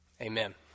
amen